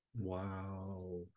Wow